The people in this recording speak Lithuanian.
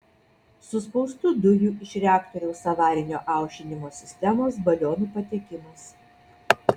suspaustų dujų iš reaktoriaus avarinio aušinimo sistemos balionų patekimas